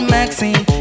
Maxine